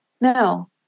No